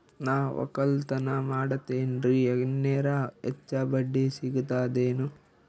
ನಾ ಒಕ್ಕಲತನ ಮಾಡತೆನ್ರಿ ಎನೆರ ಹೆಚ್ಚ ಬಡ್ಡಿ ಸಿಗತದೇನು?